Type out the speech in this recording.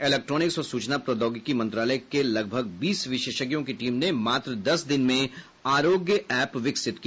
electronics और सूचना प्रौद्योगिकी मंत्रालय के लगभग बीस विशेषज्ञों की टीम ने मात्र दस दिन में आरोग्य ऐप विकसित किया